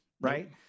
right